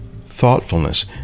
thoughtfulness